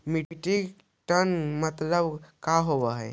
Metric tonne मतलब का होव हइ?